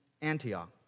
Antioch